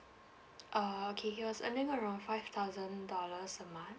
err okay he was earning around five thousand dollars a month